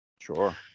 Sure